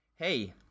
Hey